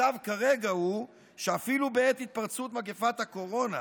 המצב כרגע הוא שאפילו בעת התפרצות מגפת הקורונה,